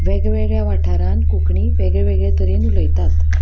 वेगवेगळ्या वाठारांत कोंकणी वेगळे वेगळे तरेन उलयतात